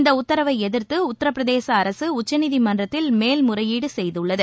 இந்தஉத்தரவைஎதிர்த்துஉத்தரப்பிரதேசஅரசுடச்சநீதிமன்றத்தில் மேல்முறையீடுசெய்துள்ளது